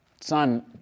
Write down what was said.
son